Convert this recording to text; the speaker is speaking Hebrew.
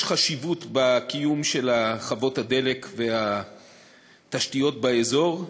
יש חשיבות לקיום חוות הדלק והתשתיות באזור,